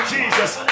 Jesus